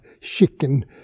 chicken